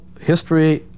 history